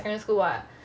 secondary school [what]